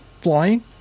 flying